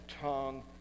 tongue